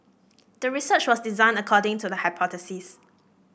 the research was designed according to the hypothesis